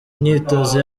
imyitozo